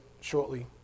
shortly